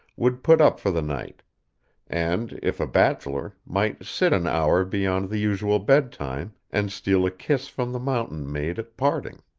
would put up for the night and, if a bachelor, might sit an hour beyond the usual bedtime, and steal a kiss from the mountain maid at parting.